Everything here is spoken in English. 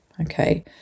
Okay